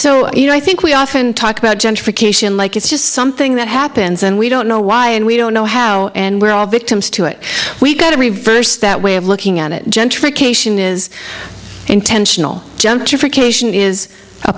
so you know i think we often talk about gentrification like it's just something that happens and we don't know why and we don't know how and we're all victims to it we've got to reverse that way of looking at it gentrification is intentional